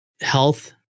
health